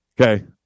Okay